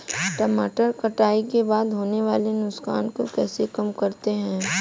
टमाटर कटाई के बाद होने वाले नुकसान को कैसे कम करते हैं?